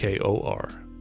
KOR